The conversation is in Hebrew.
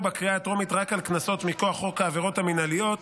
בקריאה הטרומית רק על קנסות מכוח חוק העבירות המינהליות,